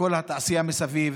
וכל התעשייה מסביב,